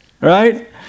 right